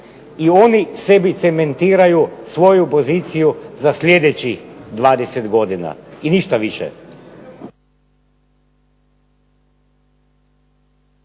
i oni sebi cementiraju svoju poziciju za sljedećih 20 godina. I ništa više.